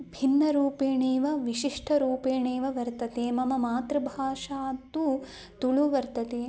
भिन्नरूपेणैव विशिष्टरूपेणैव वर्तते मम मातृभाषा तु तुळु वर्तते